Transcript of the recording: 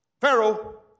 Pharaoh